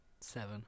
Seven